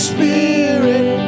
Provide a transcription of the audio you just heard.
Spirit